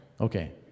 Okay